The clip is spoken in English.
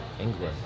England